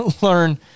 learn